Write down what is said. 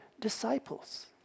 disciples